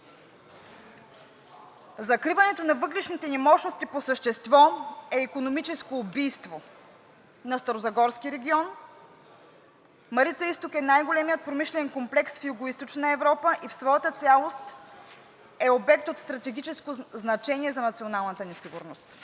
Закриването на въглищните ни мощности по същество е икономическо убийство на Старозагорски регион. Марица изток е най-големият промишлен комплекс в Югоизточна Европа и в своята цялост е обект от стратегическо значение за националната ни сигурност.